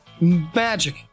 magic